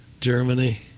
Germany